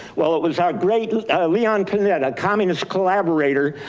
while it was our great leon koneta a communist collaborator.